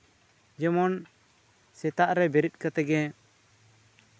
ᱡᱮᱢᱚᱱ ᱥᱮᱛᱟᱜᱨᱮ ᱵᱮᱨᱮᱫ ᱠᱟᱛᱮᱜ ᱜᱮ